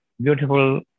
beautiful